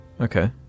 Okay